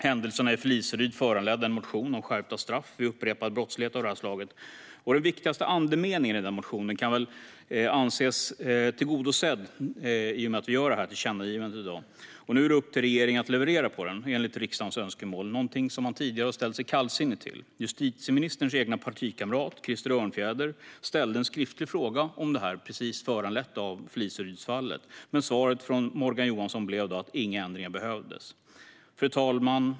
Händelserna i Fliseryd föranledde en motion om skärpta straff vid upprepad brottslighet av det här slaget, och den viktigaste andemeningen i den motionen kan väl anses vara tillgodosedd i och med att vi gör det här tillkännagivandet i dag. Nu är det upp till regeringen att leverera enligt riksdagens önskemål, vilket är någonting som man tidigare har förhållit sig kallsinnig till. Justitieministerns egen partikamrat Krister Örnfjäder ställde en skriftlig fråga om det här - den föranleddes av Fliserydsfallet - men svaret från Morgan Johansson var att inga ändringar behövdes. Fru talman!